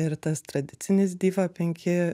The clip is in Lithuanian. ir tas tradicinis diva penki